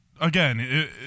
again